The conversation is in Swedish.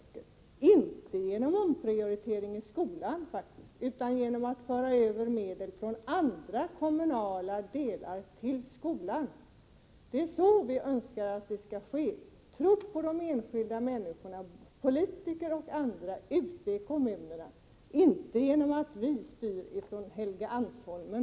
Det handlar faktiskt inte om att göra omprioriteringar inom skolan, utan om att från andra kommunala verksamheter föra över medel till skolan. Det är på det sättet vi önskar att det skall gå till. Vi tror på att detta är möjligt genom att överlåta ansvaret på de enskilda människorna, politiker och andra, ute i kommunerna — inte genom att vi styr detta från Helgeandsholmen.